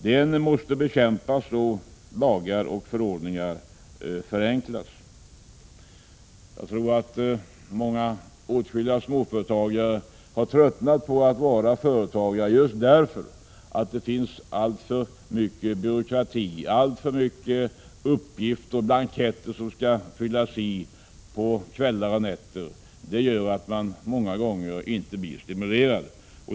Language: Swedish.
Den måste bekämpas, och lagar och förordningar måste förenklas. Jag tror att åtskilliga småföretagare har tröttnat på att vara företagare just därför att det finns alltför mycket byråkrati. Det är alltför mycket uppgifter och för många blanketter som skall fyllas i på kvällar och nätter. Det gör att företagarna många gånger inte känner sig stimulerade.